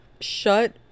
shut